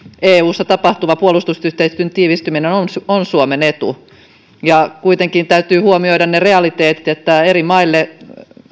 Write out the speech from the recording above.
eussa tapahtuva puolustusyhteistyön tiivistyminen on on suomen etu kuitenkin täytyy huomioida ne realiteetit että eri maille